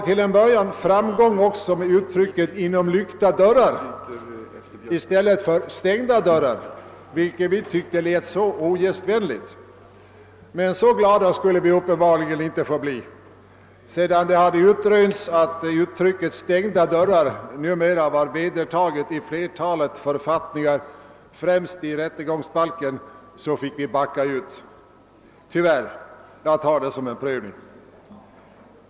Till en början hade vi framgång också med uttrycket »inom lyckta dörrar» i stället för »inom stängda dörrar», vilket vi tyckte lät så ogästvänligt. Men så glada skulle vi uppenbarligen inte få bli. Sedan det hade utrönts att uttrycket >inom stängda dörrar» numera var vedertaget i flertalet författningar — främst rättegångsbal ken — fick vi backa ut, tyvärr. Jag tar det som en prövning.